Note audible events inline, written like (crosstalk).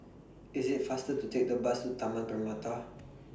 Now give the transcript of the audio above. IT IS faster to Take The Bus to Taman Permata (noise)